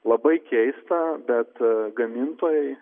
labai keista bet gamintojai